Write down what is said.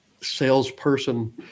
salesperson